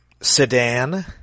Sedan